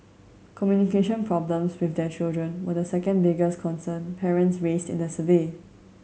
communication problems with their children were the second biggest concern parents raised in the survey